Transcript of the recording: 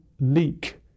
leak